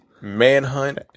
Manhunt